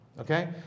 okay